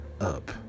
up